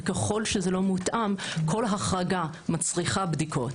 וככל שזה לא מותאם כל החרגה מצריכה בדיקות